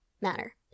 matter